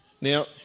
Now